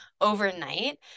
overnight